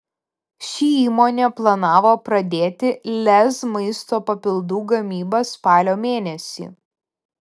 ši įmonė planavo pradėti lez maisto papildų gamybą spalio mėnesį